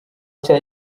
nshya